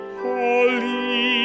holy